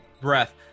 breath